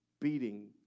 beating